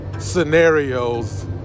scenarios